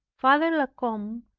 father la combe,